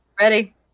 Ready